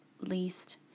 least